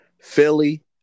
Philly